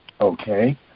Okay